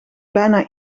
bijna